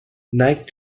night